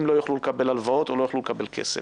לא יוכלו לקבל הלוואות או לא יוכלו לקבל כסף.